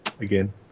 again